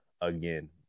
again